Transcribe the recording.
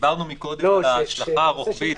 דיברנו מקודם על ההשלכה הרוחבית,